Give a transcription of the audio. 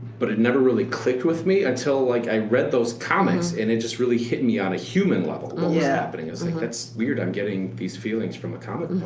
but it never really clicked with me until like i read those comics. and it just really hit me on a human level. yeah but and it's like that's weird that i'm getting these feelings from a comic